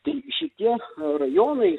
tai šitie rajonai